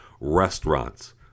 restaurants